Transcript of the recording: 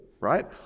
right